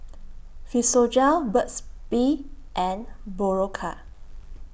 Physiogel Burt's Bee and Berocca